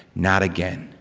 not again.